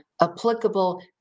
applicable